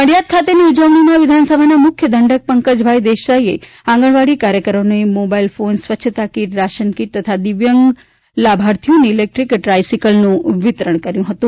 નડિયાદ ખાતેની ઉજવણીમાં વિધાનસભાના મુખ્ય દંડક પંકજભાઈ દેસાઈ આંગણવાડી કાર્યકરોને મોબાઇલ ફોન સ્વચ્છતા કીટ રાશન કીટ તથા દિવ્યંતા લાભાર્થીઓને ઇલેક્ટ્રીક ટ્રાઇસીકલનું વિતરણ કરવામાં આવ્યું હતું